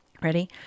Ready